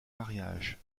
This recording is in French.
mariage